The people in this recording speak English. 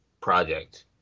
project